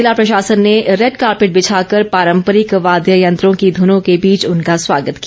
जिला प्रशासन ने रेड कारपेट बिछाकर पारंपरिक वाद्य यंत्रों की धनों के बीच उनका स्वागत किया